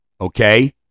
Okay